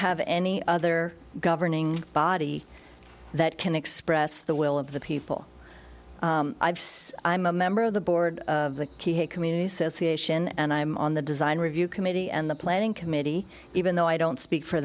have any other governing body that can express the will of the people i'm a member of the board of the key a community says he ation and i'm on the design review committee and the planning committee even though i don't speak for